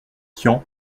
tian